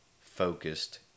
focused